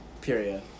Period